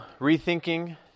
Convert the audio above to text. Rethinking